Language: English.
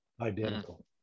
identical